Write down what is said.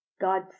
god